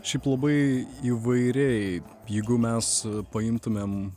šiaip labai įvairiai jeigu mes paimtumėm